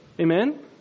Amen